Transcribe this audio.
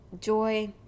Joy